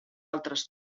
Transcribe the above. altres